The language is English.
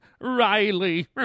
Riley